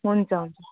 हुन्छ हुन्छ